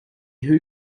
who